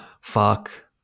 fuck